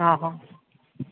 હાહા